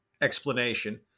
explanation